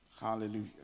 Hallelujah